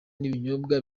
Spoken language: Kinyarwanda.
n’ibinyobwa